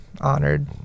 honored